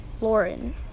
Lauren